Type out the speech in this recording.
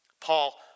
Paul